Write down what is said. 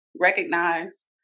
recognize